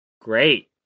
great